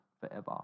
forever